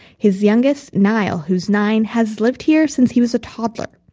his youngest, niall, who's nine, has lived here since he was a toddler.